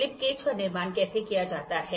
तो slip gauge का निर्माण कैसे किया जाता है